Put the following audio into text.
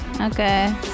Okay